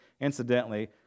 Incidentally